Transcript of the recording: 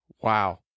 Wow